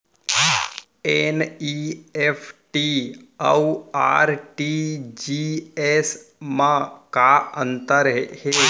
NEFT अऊ RTGS मा का अंतर हे?